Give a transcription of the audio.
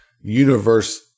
universe